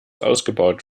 ausgebaut